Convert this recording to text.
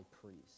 priest